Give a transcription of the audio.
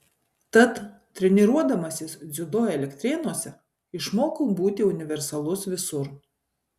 tad treniruodamasis dziudo elektrėnuose išmokau būti universalus visur